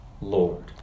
Lord